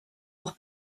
noch